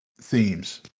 themes